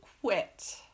quit